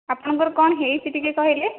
ଆପଣଙ୍କର କ'ଣ ହେଇଛି ଟିକେ କହିଲେ